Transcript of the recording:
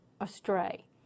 astray